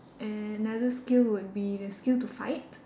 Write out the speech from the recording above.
another skill would be the skill to fight